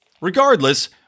regardless